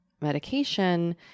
medication